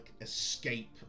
escape